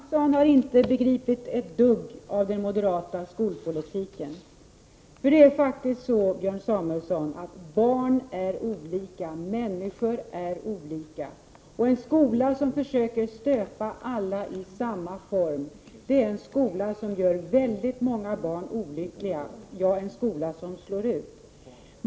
Fru talman! Björn Samuelson har inte begripit ett dugg av den moderata skolpolitiken. Det är faktiskt så, Björn Samuelson, att barn är olika, människor är olika, och en skola som försöker stöpa alla i samma form är en skola som gör många barn olyckliga — ja, en skola som slår ut barn.